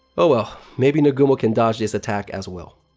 oh well, maybe nagumo can dodge this attack, as well.